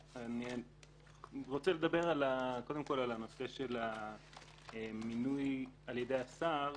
אני רוצה לדבר קודם כל על הנושא של המינוי על ידי השר,